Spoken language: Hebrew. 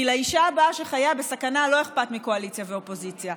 כי לאישה הבאה שחייה בסכנה לא אכפת מקואליציה ואופוזיציה,